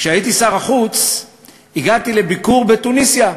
כשהייתי שר החוץ הגעתי לביקור בתוניסיה.